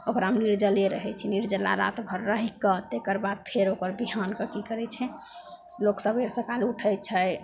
ओकरामे निर्जले रहै छै निर्जला राति भरि रहिके तकर बाद फेर ओकर बिहानके कि करै छै लोक सबेरे सकाल उठै छै